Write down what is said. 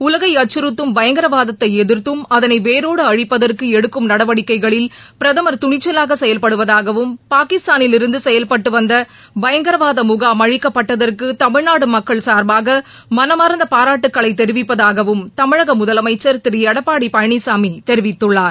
உலகை அச்சுறுத்தும் பயங்கரவாதத்தை எதிர்த்தும் அதளை வேரோடு அழிப்பதற்கு எடுக்கும் நடவடிக்கைகளில் பிரதமா் துணிச்சல்க செயல்படுவதாகவும் பாகிஸ்தானில் இருந்து செயல்பட்டு வந்த பயங்கரவாத முகாம் அழிக்க்பட்டதற்கு தமிழ்நாட்டு மக்கள் சாா்பாக மனமா்ந்த பாராட்டுகளை தெரிவிப்பதாகவும் தமிழக முதலமைச்சா் திரு எடப்பாடி பழனிசாமி தெரிவித்துள்ளார்